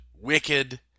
Wicked